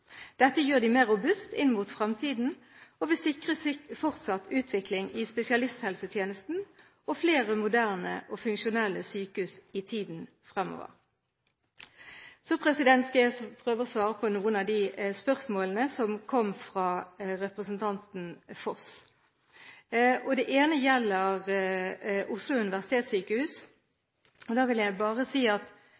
Dette gjør dem mer robuste inn mot fremtiden og vil sikre fortsatt utvikling i spesialisthelsetjenesten og flere moderne og funksjonelle sykehus i tiden fremover. Så skal jeg prøve å svare på noen av de spørsmålene som kom fra representanten Foss. Det ene gjelder Oslo universitetssykehus.